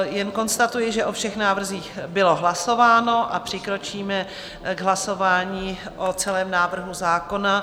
Jen konstatuji, že o všech návrzích bylo hlasováno, a přikročíme k hlasování o celém návrhu zákona.